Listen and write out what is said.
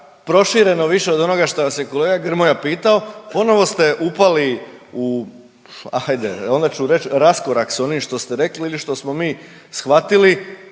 prošireno više od onoga što vas je kolega Grmoja pitao, ponovno ste upali u, ajde, onda ću reći, raskorak s onim što ste rekli ili što smo mi shvatili,